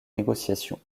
négociations